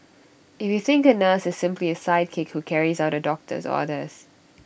if you think A nurse is simply A sidekick who carries out A doctor's orders